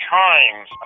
times